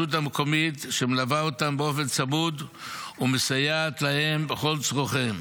המקומית שמלווה אותם באופן צמוד ומסייעת להם בכל צורכיהם.